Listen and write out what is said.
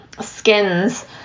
skins